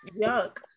yuck